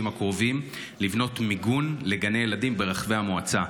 הקרובים לבנות מיגון לגני ילדים ברחבי המועצה.